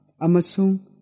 amasung